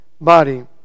body